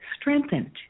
strengthened